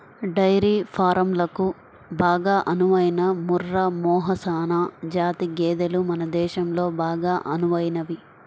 dairy ఫారంలకు బాగా అనువైన ముర్రా, మెహసనా జాతి గేదెలు మన దేశంలో బాగా అనువైనవి